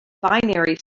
binary